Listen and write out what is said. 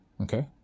Okay